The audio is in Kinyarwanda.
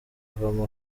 avamo